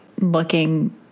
looking